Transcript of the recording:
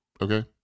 okay